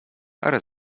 ale